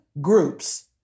groups